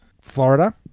Florida